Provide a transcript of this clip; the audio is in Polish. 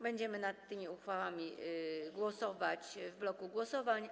Będziemy nad tymi uchwałami głosować w bloku głosowań.